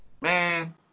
Man